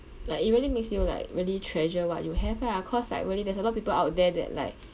like it really makes you like really treasure what you have ah cause like really there's a lot of people out there that like